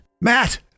Matt